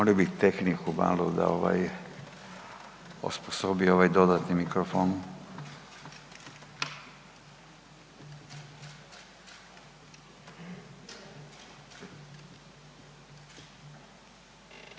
Molio bih tehniku malo da ovaj malo osposobi ovaj dodatni mikrofon.